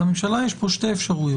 לממשלה יש פה שתי אפשרויות: